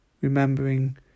Remembering